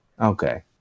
Okay